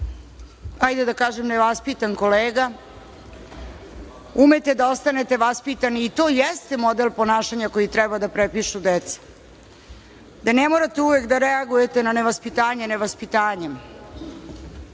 hajde da kažem, nevaspitan kolega, umete da ostanete vaspitani i to jeste model ponašanja koji treba da prepišu deca, da ne morate uvek da reaguje na nevaspitanje nevaspitanjem,